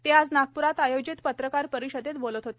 ते आज नागप्रात आयोजित पत्रकार परिषदेत बोलत होते